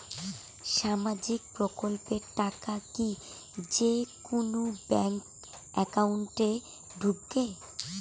সামাজিক প্রকল্পের টাকা কি যে কুনো ব্যাংক একাউন্টে ঢুকে?